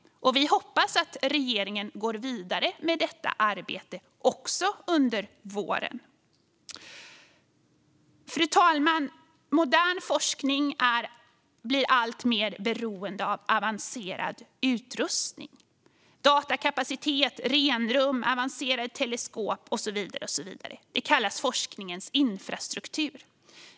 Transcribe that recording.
Vi hoppas att regeringen går vidare med detta arbete också under våren. Fru talman! Modern forskning blir alltmer beroende av avancerad utrustning - datakapacitet, renrum, avancerade teleskop och så vidare. Det kallas forskningens infrastruktur.